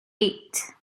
eight